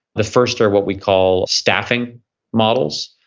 the first are what we call staffing models.